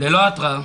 ללא התראה,